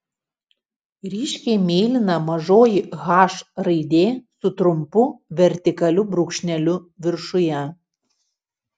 ryškiai mėlyna mažoji h raidė su trumpu vertikaliu brūkšneliu viršuje